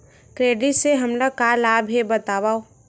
Credit से हमला का लाभ हे बतावव?